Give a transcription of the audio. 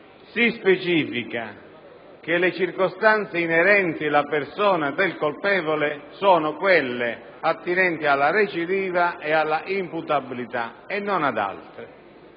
si specifica che le circostanze inerenti la persona del colpevole sono quelle attinenti alla recidiva e alla imputabilità e non ad altre.